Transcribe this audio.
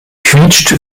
quietscht